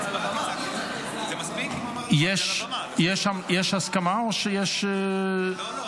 יש הסכמה או שיש --- לא, לא